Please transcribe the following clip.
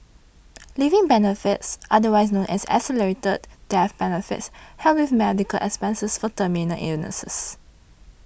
living benefits otherwise known as accelerated death benefits help with medical expenses for terminal illnesses